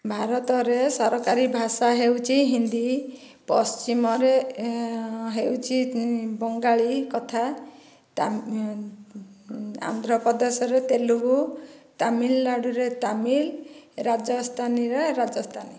ଭାରତରେ ସରକାରୀ ଭାଷା ହେଉଛି ହିନ୍ଦୀ ପଶ୍ଚିମରେ ହେଉଛି ବଙ୍ଗାଳୀ କଥା ତା ଆନ୍ଧ୍ରପ୍ରଦେଶରେ ତେଲୁଗୁ ତାମିଲନାଡ଼ୁରେ ତାମିଲ୍ ରାଜସ୍ଥାନୀରେ ରାଜସ୍ଥାନୀ